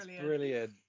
brilliant